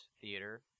Theater